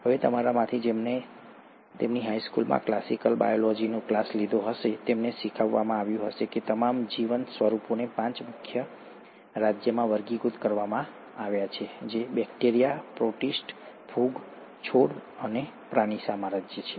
હવે તમારામાંથી જેમણે તેમની હાઈસ્કૂલમાં ક્લાસિકલ બાયોલોજીનો ક્લાસ લીધો હશે તેમને શીખવવામાં આવ્યું હશે કે તમામ જીવંત સ્વરૂપોને પાંચ મુખ્ય રાજ્યમાં વર્ગીકૃત કરવામાં આવ્યા છે જે બેક્ટેરિયા પ્રોટિસ્ટા ફૂગ છોડ અને પ્રાણી સામ્રાજ્ય છે